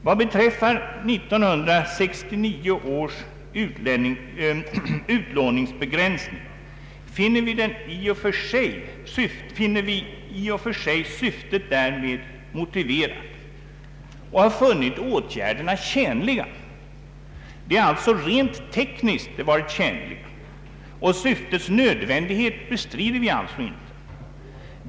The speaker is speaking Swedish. Vad beträffar 1969 års utlåningsbegränsning anser vi i och för sig syftet därmed motiverat och har funnit åtgärderna tjänliga. Det är alltså rent tekniskt som de varit tjänliga. Syftets nödvändighet bestrider vi inte.